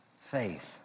Faith